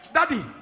Daddy